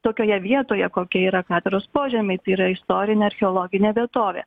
tokioje vietoje kokia yra katedros požemiai tai yra istorinė archeologinė vietovė